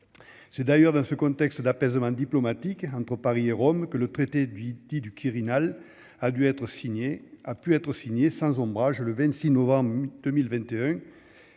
c'est d'ailleurs dans ce contexte d'apaisement diplomatique entre Paris et Rome, que le traité de lui dit du Quirinal a dû être signé, a pu être signé sans ombrage le 26 novembre 2021,